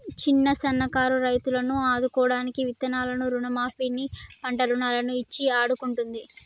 చిన్న సన్న కారు రైతులను ఆదుకోడానికి విత్తనాలను రుణ మాఫీ ని, పంట రుణాలను ఇచ్చి ఆడుకుంటుంది